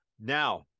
Now